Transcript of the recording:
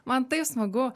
man taip smagu